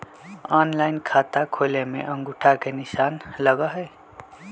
Online खाता खोले में अंगूठा के निशान लगहई?